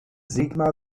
sigmar